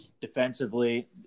defensively